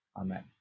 Amen